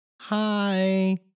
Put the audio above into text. hi